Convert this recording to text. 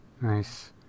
Nice